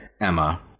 Emma